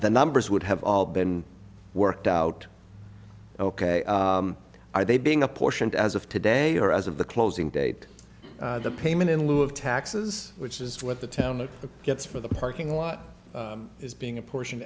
the numbers would have all been worked out ok are they being apportioned as of today or as of the closing date of the payment in lieu of taxes which is what the town that gets for the parking lot is being a portion